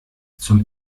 zum